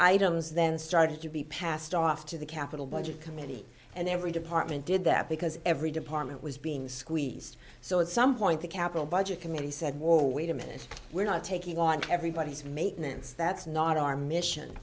items then started to be passed off to the capitol budget committee and every department did that because every department was being squeezed so at some point the capitol budget committee said whoa wait a minute we're not taking on everybody's make no sense that's not our mission